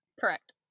Correct